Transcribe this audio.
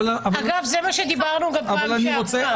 אגב, זה מה שדיברנו גם בפעם שעברה.